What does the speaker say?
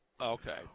Okay